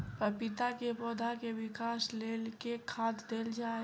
पपीता केँ पौधा केँ विकास केँ लेल केँ खाद देल जाए?